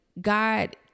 God